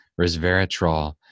resveratrol